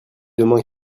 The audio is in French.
demain